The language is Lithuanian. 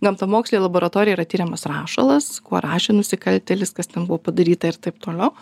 gamtamokslėj laboratorijoj yra tiriamas rašalas kuo rašė nusikaltėlis kas ten buvo padaryta ir taip toliau